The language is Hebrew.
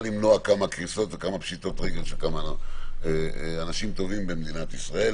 למנוע כמה קריסות וכמה פשיטות רגל של אנשים טובים במדינת ישראל